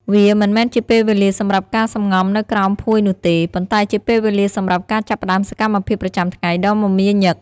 វាមិនមែនជាពេលវេលាសម្រាប់ការសំងំនៅក្រោមភួយនោះទេ ប៉ុន្តែជាពេលវេលាសម្រាប់ការចាប់ផ្តើមសកម្មភាពប្រចាំថ្ងៃដ៏មមាញឹក។